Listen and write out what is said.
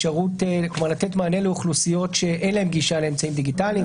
לתת מענה לאוכלוסיות שאין להן גישה לאמצעים דיגיטליים.